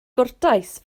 gwrtais